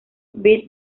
beat